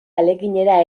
ahaleginera